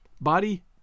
body